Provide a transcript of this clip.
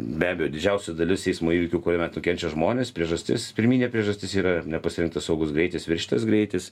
be abejo didžiausia dalis eismo įvykių kurių metu kenčia žmonės priežastis pirminė priežastis yra nepasirinktas saugus greitis viršytas greitis